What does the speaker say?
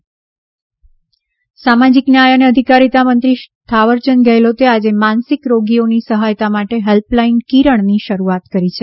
Gehlot helpline સામાજિક ન્યાય અને અધિકારીતા મંત્રી થાવરચંદ ગેહલોતે આજે માનસિક રોગીઓની સહાયતા માટે હેલ્પલાઇન કિરણ ની શરૂઆત કરી છે